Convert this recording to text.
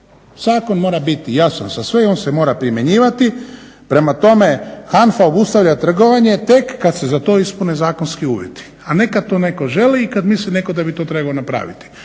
Zakon mora biti jasan za sve i on se mora primjenjivati. Prema tome, HANFA obustavlja trgovanje tek kad se za to ispune zakonski uvjeti, a ne kad to neko želi i kad misli neko da bi to trebao napraviti.